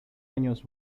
años